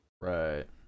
right